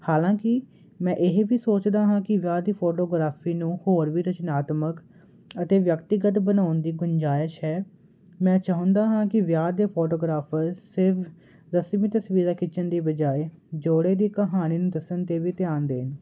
ਹਾਲਾਂਕਿ ਮੈਂ ਇਹ ਵੀ ਸੋਚਦਾ ਹਾਂ ਕਿ ਵਿਆਹ ਦੀ ਫੋਟੋਗ੍ਰਾਫੀ ਨੂੰ ਹੋਰ ਵੀ ਚਰਨਾਤਮਕ ਅਤੇ ਵਿਅਕਤੀਗਤ ਬਣਾਉਣ ਦੀ ਗੁੰਜਾਇਸ਼ ਹੈ ਮੈਂ ਚਾਹੁੰਦਾ ਹਾਂ ਕਿ ਵਿਆਹ ਦੇ ਫੋਟੋਗ੍ਰਾਫਰ ਸਿਰਫ਼ ਰਸਮੀ ਤਸਵੀਰਾਂ ਖਿੱਚਣ ਦੀ ਬਜਾਏ ਜੋੜੇ ਦੀ ਕਹਾਣੀ ਨੂੰ ਦੱਸਣ 'ਤੇ ਵੀ ਧਿਆਨ ਦੇਣ